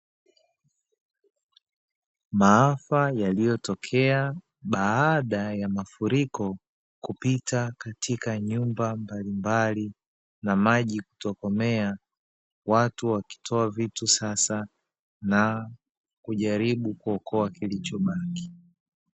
Maafa yaliyotokea baada ya mafuriko kupita katika nyumba mbalimbali na maji kutokomea, watu wakitoa vitu sasa na kujaribu kuokoa kilichobaki.